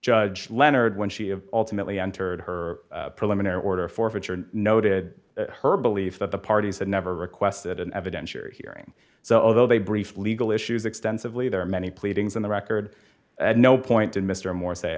judge leonard when she of ultimately entered her preliminary order forfeiture noted her belief that the parties had never requested an evidentiary hearing so although they brief legal issues extensively there are many pleadings on the record and no point in mr morris say